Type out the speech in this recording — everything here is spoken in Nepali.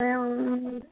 ए